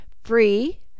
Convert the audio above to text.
free